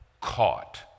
caught